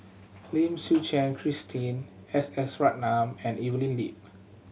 Lim Suchen Christine S S Ratnam and Evelyn Lip